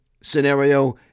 scenario